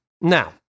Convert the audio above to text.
Now